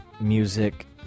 music